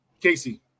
Casey